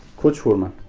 coach for men.